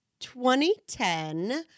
2010